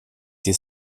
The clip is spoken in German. die